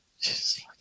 Jesus